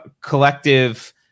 collective